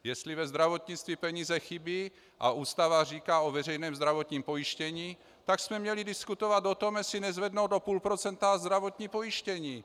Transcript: Jestli ve zdravotnictví peníze chybí, a Ústava říká o veřejném zdravotním pojištění, tak jsme měli diskutovat o tom, jestli nezvednout o půl procenta zdravotní pojištění.